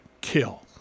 kill